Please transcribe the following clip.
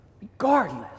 regardless